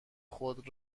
خود